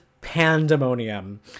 pandemonium